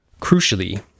Crucially